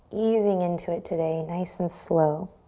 easing into it today, nice and slow.